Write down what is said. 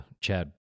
Chad